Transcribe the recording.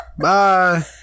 Bye